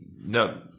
No